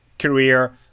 career